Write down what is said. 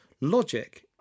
logic